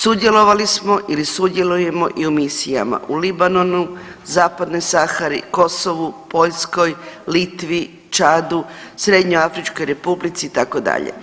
Sudjelovali smo ili sudjelujemo i u misijama u Libanonu, zapadnoj Sahari, Kosovu, Poljskoj, Litvi, Čadu, Srednjoafričkoj Republici itd.